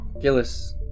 Gillis